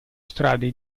strade